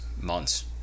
Months